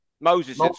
Moses